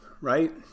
right